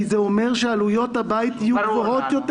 כי זה אומר שעלויות הבית יהיו גבוהות יותר